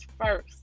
first